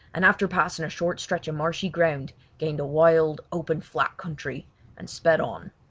and after passing a short stretch of marshy ground gained a wild, open flat country and sped on.